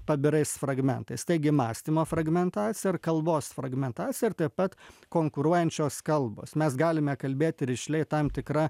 pabirais fragmentais taigi mąstymo fragmentacija ir kalbos fragmentacija taip pat konkuruojančios kalbos mes galime kalbėti rišliai tam tikra